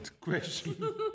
question